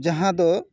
ᱡᱟᱦᱟᱸ ᱫᱚ